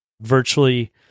virtually